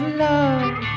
love